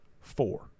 four